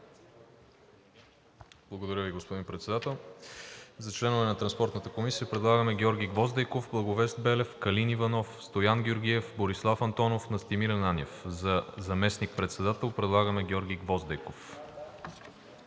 Благодаря Ви, господин Председател. За членове на Транспортната комисия предлагаме Георги Гвоздейков, Благовест Белев, Калин Иванов, Стоян Георгиев, Борислав Антонов, Настимир Ананиев. За заместник-председател предлагаме Георги Гвоздейков.